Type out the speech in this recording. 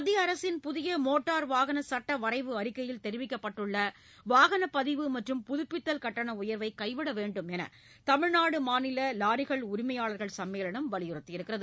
மத்திய அரசின் புதிய மோட்டர் வாகன சுட்ட வரைவு அறிக்கையில் தெரிவிக்கப்பட்டுள்ள வாகன பதிவு மற்றும் புதிப்பித்தல் கட்டண உயர்வை கைவிட வேண்டும் என தமிழ்நாடு மாநில வாரிகள் உரிமையாள்கள் சம்மேளனம் வலியுறுத்தியுள்ளது